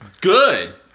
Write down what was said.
Good